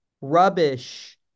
rubbish